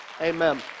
Amen